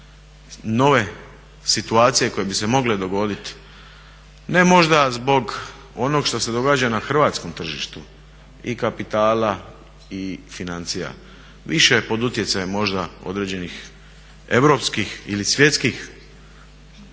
nove situacije koje bi se mogle dogoditi, ne možda zbog ono što se događa na hrvatskom tržištu i kapitala i financija, više pod utjecajem možda određenih europskih ili svjetskih